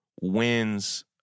wins